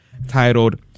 titled